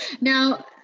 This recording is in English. Now